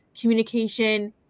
communication